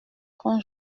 quand